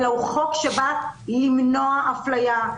אלא הוא חוק שבא למנוע הפליה,